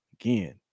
Again